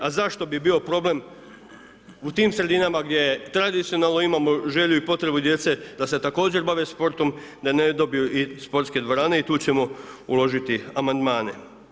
A zašto bi bio problem u tim sredinama gdje je tradicionalno imamo želju i potrebu djece da se također bave sportom, da ne dobiju i sportske dvorane, i tu ćemo uložiti amandmane.